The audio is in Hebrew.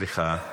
סליחה.